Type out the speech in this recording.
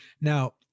Now